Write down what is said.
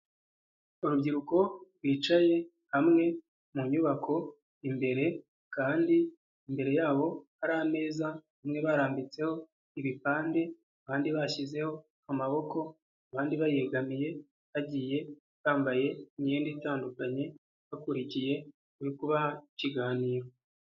Urubyiruko rwicaye hamwe mu nyubako, imbere kandi imbere yabo hari ameza bamwe barambitseho ibipande, abandi bashyizeho amaboko, abandi bayegamiye bagiye bambaye imyenda itandukanye, bakurikiye uri kubaha ikiganiro.